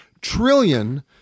trillion